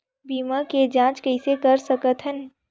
बीमा के जांच कइसे कर सकत हन?